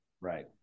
Right